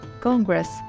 Congress